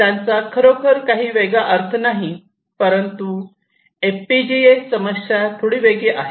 त्यांचा खरोखर काही वेगळा अर्थ नाही परंतु एफपीजीएसाठी समस्या थोडी वेगळी आहे